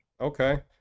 Okay